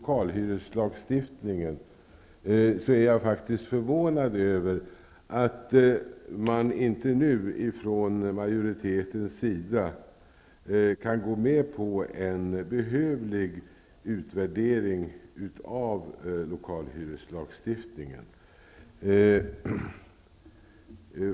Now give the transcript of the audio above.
Jag är förvånad över att man från majoritetens sida inte kan gå med på en behövlig utvärdering av lokalhyreslagstiftningen.